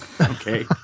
Okay